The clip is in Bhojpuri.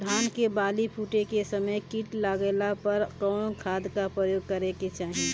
धान के बाली फूटे के समय कीट लागला पर कउन खाद क प्रयोग करे के चाही?